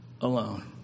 alone